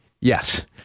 Yes